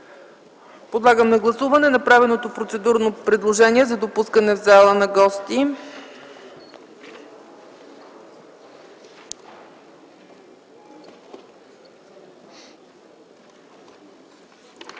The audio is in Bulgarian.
Подлагам на гласуване направеното процедурно предложение за допускане в залата на гости.